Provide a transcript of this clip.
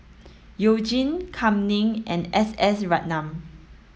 You Jin Kam Ning and S S Ratnam